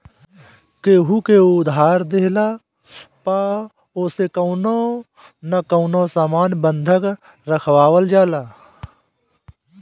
केहू के उधार देहला पअ ओसे कवनो न कवनो सामान बंधक रखवावल जाला